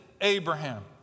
Abraham